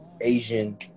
Asian